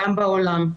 גם בעולם.